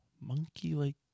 monkey-like